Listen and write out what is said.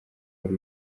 wari